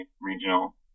regional